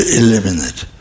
eliminate